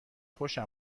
خوشم